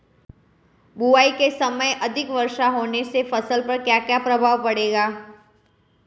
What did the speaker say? बुआई के समय अधिक वर्षा होने से फसल पर क्या क्या प्रभाव पड़ेगा?